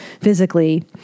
physically